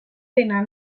dinar